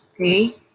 Okay